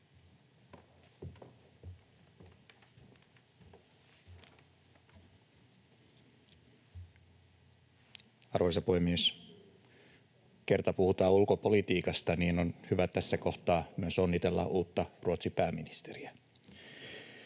Arvoisa puhemies! Kun kerta puhutaan ulkopolitiikasta, niin on hyvä tässä kohtaa onnitella uutta Ruotsin pääministeriä.